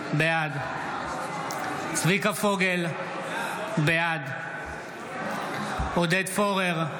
בעד צביקה פוגל, בעד עודד פורר,